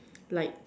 like